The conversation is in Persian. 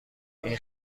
این